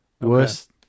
Worst